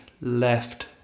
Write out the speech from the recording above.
left